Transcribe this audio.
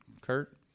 kurt